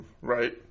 Right